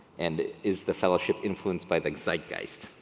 and is the fellowship influenced by like zeitgeist.